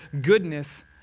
goodness